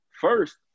first